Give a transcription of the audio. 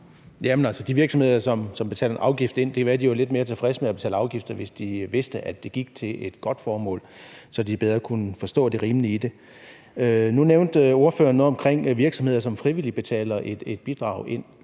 de virksomheder, som betaler en afgift ind, var lidt mere tilfredse med at betale afgifter, hvis de vidste, at det gik til et godt formål – så de bedre kunne forstå det rimelige i det. Nu nævnte ordføreren noget omkring virksomheder, som frivilligt betaler et bidrag ind,